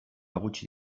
gutxi